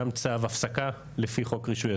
גם צו הפסקה לפי חוק רישוי עסקים,